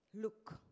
Look